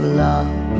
love